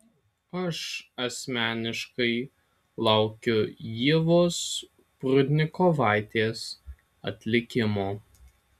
aš asmeniškai laukiu ievos prudnikovaitės atlikimo